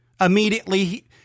Immediately